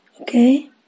okay